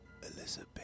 Elizabeth